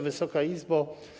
Wysoka Izbo!